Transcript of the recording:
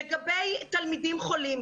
לגבי תלמידים חולים,